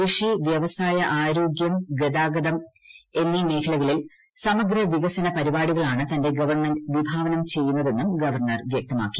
കൃഷി വ്യവസായ ആരോഗ്യം ഗതാഗതം എന്നീ മേഖലകളിൽ സമഗ്ര വികസന പരിപാടികളാണ് തന്റെ ഗവൺമെന്റ് വിഭാവനം ചെയ്യുന്നതെന്നും ഗവർണർ വ്യക്തമാക്കി